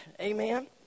Amen